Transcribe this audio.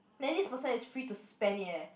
then this person is free to spend it eh